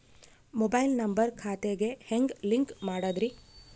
Mobile number ಖಾತೆ ಗೆ ಹೆಂಗ್ ಲಿಂಕ್ ಮಾಡದ್ರಿ?